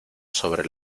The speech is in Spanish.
sobre